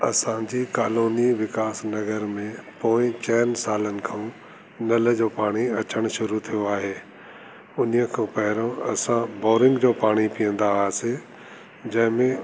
असांजी कॉलोनी विकास नगर में पोइ चारि सालनि खां नल जो पाणी अचण शुरु थियो आहे उन ई खां पहिरियों असां बोरिंग जो पाणी पीअंदा हुआसीं जंहिंमें